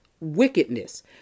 wickedness